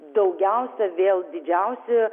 daugiausia vėl didžiausi